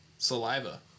Saliva